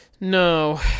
No